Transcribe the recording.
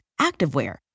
activewear